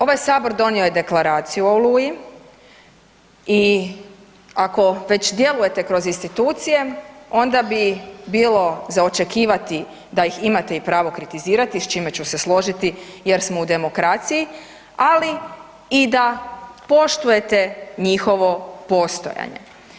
Ovaj Sabor donio je deklaraciju o Oluji i ako već djelujete kroz institucije onda bi bilo za očekivati da ih imate i pravo kritizirati, s čime ću se složiti jer smo u demokraciji, ali i da poštujete njihovo postojanje.